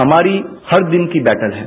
हमारी हर दिन की बैठक है